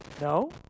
No